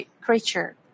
creature